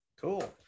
cool